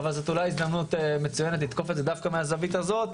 אבל אולי זו הזדמנות מצוינת לתקוף את זה דווקא מהזווית הזאת,